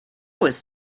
was